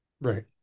Right